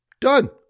Done